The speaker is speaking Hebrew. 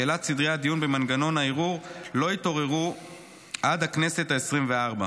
שאלות סדרי הדיון במנגנון הערעור לא התעוררו עד לכנסת העשרים-וארבע.